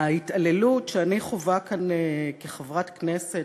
ההתעללות שאני חווה כאן כחברת כנסת,